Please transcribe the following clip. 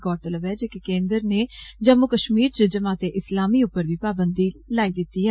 गौरतलब ऐ जे केन्द्र ने जम्मू कष्मीर च जमाते इस्लामी उप्पर बी पाबंदी लाई दिती ही